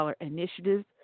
initiative